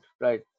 right